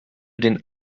den